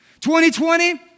2020